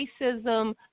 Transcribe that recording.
racism